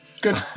Good